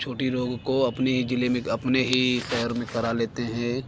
छोटे रोग को अपनी ही ज़िले में अपने ही शहर में करा लेते हैं